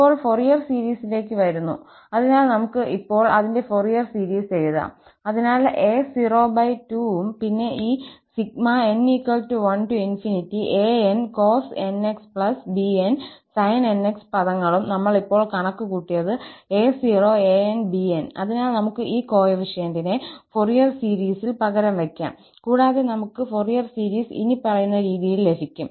ഇപ്പോൾ ഫൊറിയർ സീരീസിലേക്ക് വരുന്നു അതിനാൽ നമുക്ക് ഇപ്പോൾ അതിന്റെ ഫോറിയർ സീരീസ് എഴുതാംഅതിനാൽ a02 ഉം പിന്നെ ഈ 𝑛1𝑎𝑛 cos𝑛𝑥𝑏n sin𝑛𝑥 പദങ്ങളും നമ്മൾ ഇപ്പോൾ കണക്കു കൂട്ടിയത് 𝑎0 𝑎𝑛𝑏𝑛 അതിനാൽ നമുക്ക് ഈ കോഎഫിഷ്യന്റ്നെ ഫൊറിയർ സീരീസിൽ പകരം വയ്ക്കാം കൂടാതെ നമുക്ക് ഫൊറിയർ സീരീസ് ഇനിപ്പറയുന്ന രീതിയിൽ ലഭിക്കും